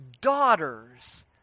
Daughters